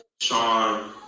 Sean